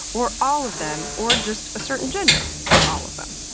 or all of them, or just a certain gender, or all of them.